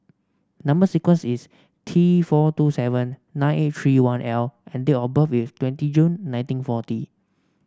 number sequence is T four two seven nine eight three one L and date of birth is twenty June nineteen forty